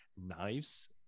knives